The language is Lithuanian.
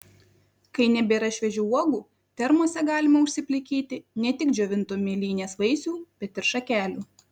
kai nebėra šviežių uogų termose galima užsiplikyti ne tik džiovintų mėlynės vaisių bet ir šakelių